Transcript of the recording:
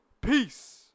Peace